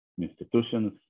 institutions